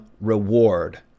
reward